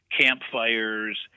campfires